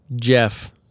Jeff